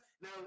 now